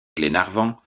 glenarvan